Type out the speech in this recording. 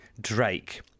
Drake